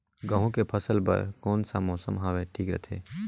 गहूं के फसल बर कौन सा मौसम हवे ठीक रथे?